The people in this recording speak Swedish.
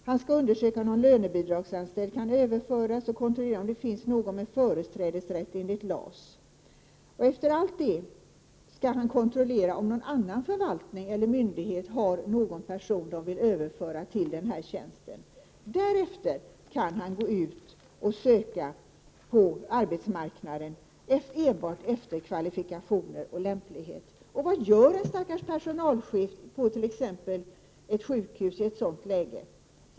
Han skall undersöka om någon annan lönebidragsanställd kan överföras och kontrollera om det finns någon med företrädesrätt enligt LAS. Efter allt detta skall han kontrollera om någon förvaltning eller myndighet har någon att överföra till den aktuella tjänsten. Först därefter kan arbetsgivaren söka på arbetsmarknaden och då gå enbart efter kvalifikationer och lämplighet. Vad gör en stackars personalchef på t.ex. ett sjukhus i ett sådant läge?